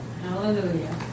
Hallelujah